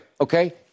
Okay